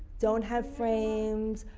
don't have frames,